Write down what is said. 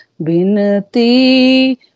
Binati